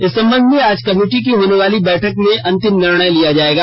इस संबध में आज कमिटि की होने वाली बैठक में अंतिम निर्णय लिया जाएगा